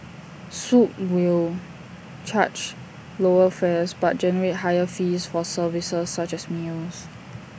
swoop will charge lower fares but generate higher fees for services such as meals